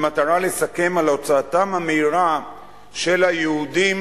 במטרה לסכם על הוצאתם המהירה של היהודים